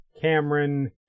Cameron